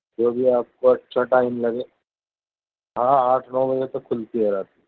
جو بھی آپ کو اچھا ٹائم لگے ہاں آٹھ نو بجے تک کھلتی ہے رات میں